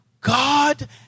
God